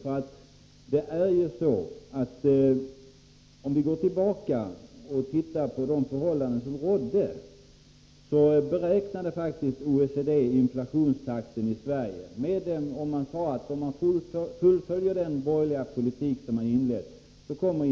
För att gå tillbaka till de förhållanden som rådde tidigare kan jag nämna att OECD faktiskt beräknade inflationstakten i Sverige till 5 å 6 96, om den borgerliga politik som hade inletts fullföljdes.